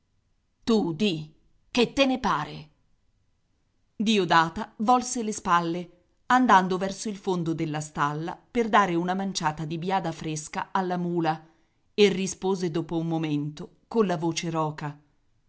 tu di che te ne pare diodata volse le spalle andando verso il fondo della stalla per dare una manciata di biada fresca alla mula e rispose dopo un momento colla voce roca